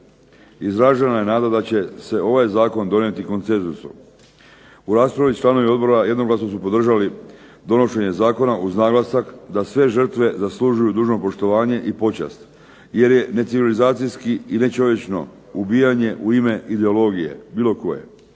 Izražena je nada će se ovaj Zakon donijeti konsenzusom. U raspravi članovi Odbora jednoglasno su podržali donošenje Zakona uz naglasak da sve žrtve zaslužuju dužno poštovanje i počast jer je necivilizacijski i nečovječno ubijanje u ime ideologije bilo koje.